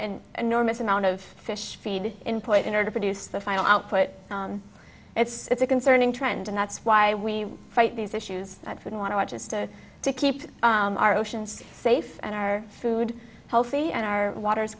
and enormous amount of fish feed input in order to produce the final output it's a concerning trend and that's why we fight these issues would want to watch as to to keep our oceans safe and our food healthy and our water